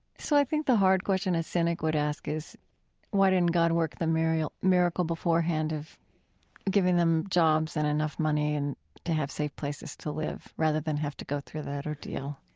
so i think the hard question a cynic would ask is why didn't god work the miracle miracle beforehand of giving them jobs and enough money and to have safe places to live, rather than have to go through that ordeal?